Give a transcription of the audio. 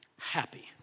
happy